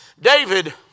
David